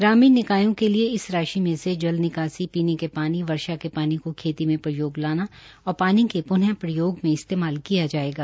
ग्रामीण निकायों के लिए इस राशि में से जल निकासी पीने के पानी वर्षा के पानी को खेती में प्रयोग लाना और पानी के प्न प्रयोग में इस्तेमाल किया जायेगा